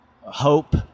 hope